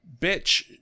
bitch